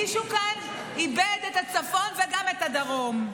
מישהו כאן איבד את הצפון, וגם את הדרום.